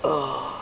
uh